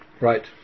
Right